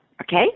Okay